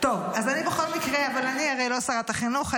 אבל אני הרי לא שרת החינוך.